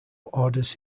orders